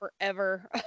forever